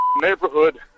neighborhood